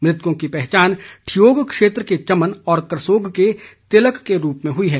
मृतकों की पहचान ठियोग क्षेत्र के चमन और करसोग के तिलक के रूप में हुई है